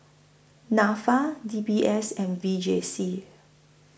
Nafa D B S and V J C